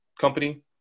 company